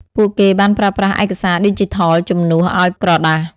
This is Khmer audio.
ពួកគេបានប្រើប្រាស់ឯកសារឌីជីថលជំនួសឱ្យក្រដាស។